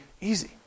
easy